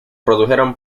produjeron